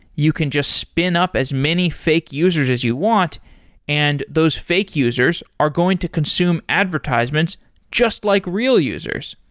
you can just spin up as many fake users as you want and those fake users are going to consume advertisements just like real users.